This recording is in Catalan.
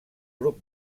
grup